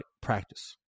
practice